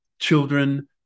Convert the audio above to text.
children